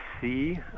see